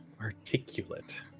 Articulate